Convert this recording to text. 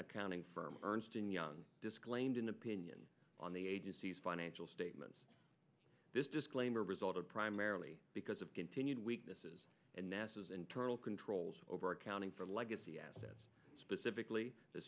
accounting firm ernst and young disclaimed an opinion on the agency's financial statements this disclaimer result of primarily because of continued weaknesses and nasa's internal controls over accounting for legacy assets specifically the